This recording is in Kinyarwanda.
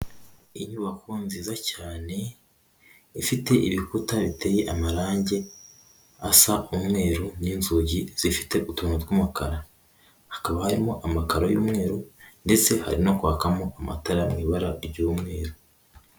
Inyubako nziza cyane, ifite ibikuta biteye amarangi asa umweru n'inzugi zifite utuntu tw'umukara, hakaba harimo amakararo y'umweru, ndetse hari no kwakamo amatara mu ibara ry'umweru.